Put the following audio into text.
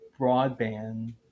broadband